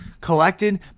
collected